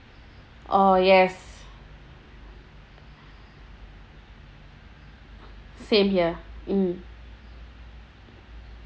oh yes same here mm